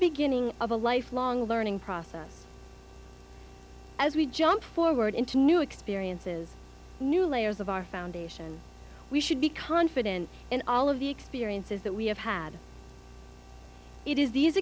beginning of a lifelong learning process as we jump forward into new experiences new layers of our foundation we should be confident in all of the experiences that we have had it is these